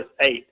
eight